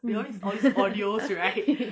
ya